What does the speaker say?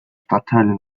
stadtteile